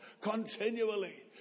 Continually